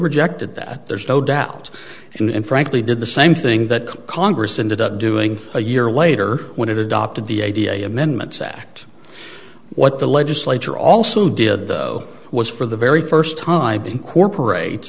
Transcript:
rejected that there's no doubt and frankly did the same thing that congress ended up doing a year later when it adopted the idea amendments act what the legislature also did though was for the very first time incorporates